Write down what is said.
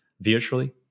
virtually